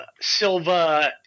Silva